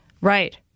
Right